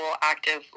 active